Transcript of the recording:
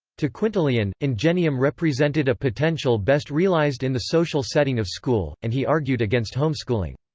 to quintilian, ingenium represented a potential best realized in the social setting of school, and he argued against homeschooling.